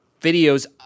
videos